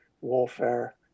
warfare